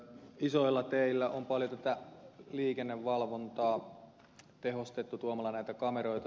isoilla teillä on paljon liikennevalvontaa tehostettu tuomalla kameroita